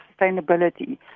sustainability